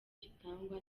gitangwa